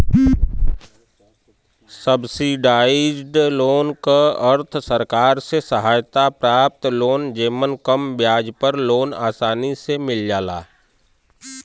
subsidised loan क अर्थ सरकार से सहायता प्राप्त लोन जेमन कम ब्याज पर लोन आसानी से मिल जाला